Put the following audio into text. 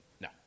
no